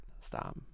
stop